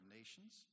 nations